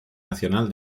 nacional